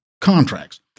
contracts